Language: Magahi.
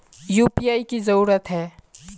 यु.पी.आई की जरूरी है?